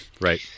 right